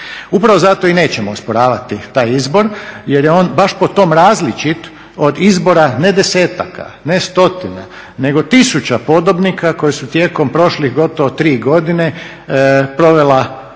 Upravo zato i nećemo osporavati taj izbor jer je on baš po tom različit od izbora ne desetaka ne stotina nego tisuća podobnika koji su tijekom prošlih gotovo tri godine provela